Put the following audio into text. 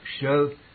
show